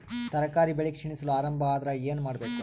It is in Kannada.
ತರಕಾರಿ ಬೆಳಿ ಕ್ಷೀಣಿಸಲು ಆರಂಭ ಆದ್ರ ಏನ ಮಾಡಬೇಕು?